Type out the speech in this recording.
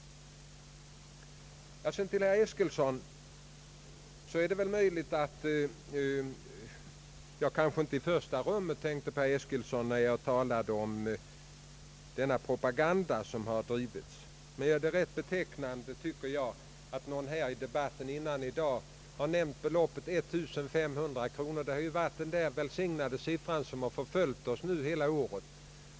Till herr Eskilsson vill jag säga att jag kanske inte i första rummet tänkte på honom när jag talade om den propaganda som har bedrivits. Men det är rätt betecknande, tycker jag, att någon talare i dag har nämnt beloppet 1500 kronor — denna siffra har ju förföljt oss hela året.